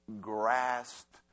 grasped